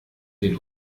den